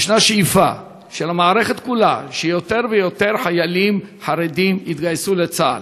של המערכת כולה שיותר ויותר חיילים חרדים יתגייסו לצה"ל.